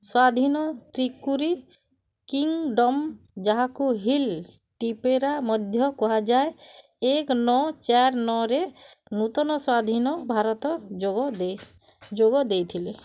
ସ୍ୱାଧୀନ ତ୍ରିକୁରୀ କିଙ୍ଗଡ଼ମ୍ ଯାହାକୁ ହିଲ୍ ଟିପେରା ମଧ୍ୟ କୁହାଯାଏ ଏକ ନଅ ଚାରି ନଅରେ ନୂତନ ସ୍ୱାଧୀନ ଭାରତ ଯୋଗ ଦେଇ ଯୋଗ ଦେଇଥିଲେ